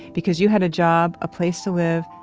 because you had a job, a place to live,